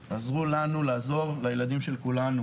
לעזור לילדים של כולנו.